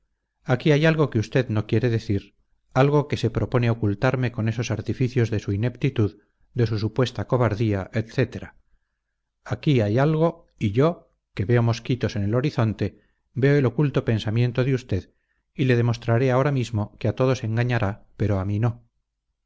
aquí hay algo que usted no quiere decir algo que se propone ocultarme con esos artificios de su ineptitud de su supuesta cobardía etcétera aquí hay algo y yo que veo mosquitos en el horizonte veo el oculto pensamiento de usted y le demostraré ahora mismo que a todos engañará pero a mí no